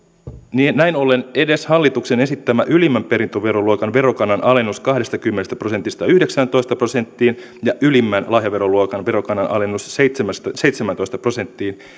näin ollen edes hallituksen esittämä ylimmän perintöveroluokan verokannan alennus kahdestakymmenestä prosentista yhdeksääntoista prosenttiin ja ylimmän lahjaveroluokan verokannan alennus seitsemääntoista prosenttiin